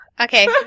okay